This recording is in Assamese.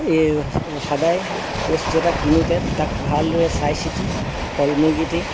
এই সদাই বস্তু এটা কিনোতে তাক ভালদৰে চাই চিতি ফল মূলকিটি